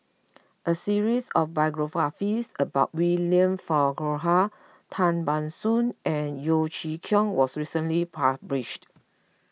a series of biographies about William Farquhar Tan Ban Soon and Yeo Chee Kiong was recently published